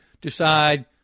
decide